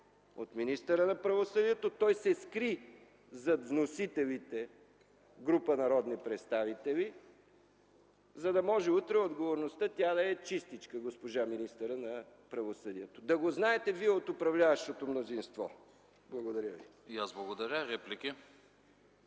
от министъра на правосъдието, той се скри зад вносителите, група народни представители, за да може утре в отговорността тя да е чистичка, госпожа министърът на правосъдието. Да го знаете вие, от управляващото мнозинство. Благодаря ви. ПРЕДСЕДАТЕЛ АНАСТАС